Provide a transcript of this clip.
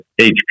HP